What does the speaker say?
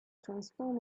transform